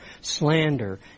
slander